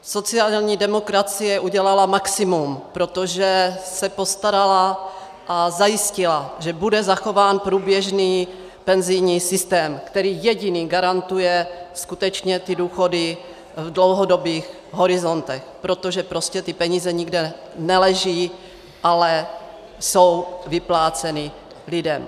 Sociální demokracie udělala maximum, protože se postarala a zajistila, že bude zachován průběžný penzijní systém, který jediný skutečně garantuje důchody v dlouhodobých horizontech, protože ty peníze nikde neleží, ale jsou vypláceny lidem.